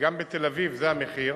וגם בתל-אביב זה המחיר,